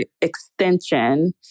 extension